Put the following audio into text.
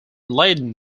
leiden